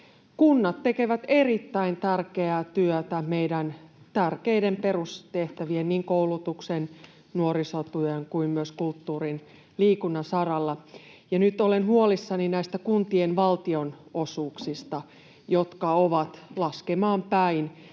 Kunnat tekevät erittäin tärkeää työtä meidän tärkeiden perustehtäviemme, niin koulutuksen, nuorisotyön kuin myös kulttuurin, liikunnan saralla, ja nyt olen huolissani näistä kuntien valtionosuuksista, jotka ovat laskemaan päin,